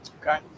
Okay